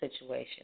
situation